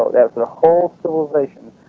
that their whole civilization,